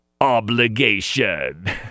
Obligation